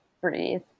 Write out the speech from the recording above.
breathe